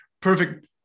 Perfect